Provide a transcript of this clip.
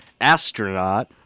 astronaut